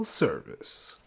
service